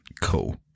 cool